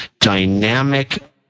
dynamic